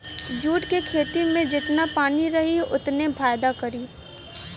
jute के खेती में जेतना पानी रही ओतने फायदा करी